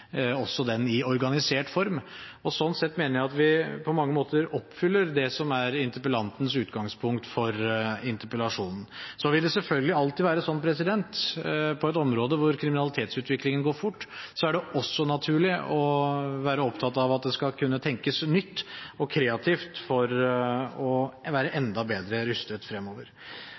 også den i organisert form, og sånn sett mener jeg at vi på mange måter oppfyller det som er interpellantens utgangspunkt for interpellasjonen. Så vil det selvfølgelig alltid være sånn på et område hvor kriminalitetsutviklingen går fort, at det også er naturlig å være opptatt av at det skal kunne tenkes nytt og kreativt for å være enda bedre rustet fremover.